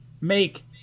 Make